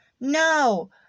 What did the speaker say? No